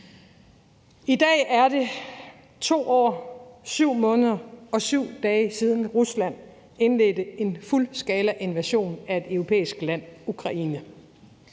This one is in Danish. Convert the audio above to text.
I dag er det 2 år, 7 måneder og 7 dage siden, Rusland indledte en fuldskalainvasion af et europæisk land, nemlig